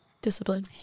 Discipline